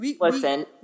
listen